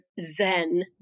zen